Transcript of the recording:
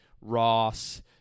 Ross